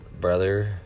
brother